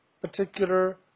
particular